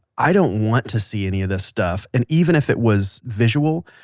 i don't want to see any of this stuff. and even if it was visual,